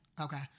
okay